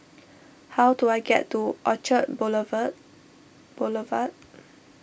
how do I get to Orchard Boulevard